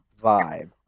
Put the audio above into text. vibe